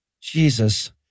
Jesus